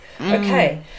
Okay